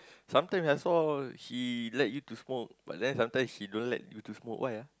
sometime that's all she like you to smoke but then sometime she don't like to smoke why ah